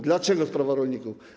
Dlaczego sprawa rolników?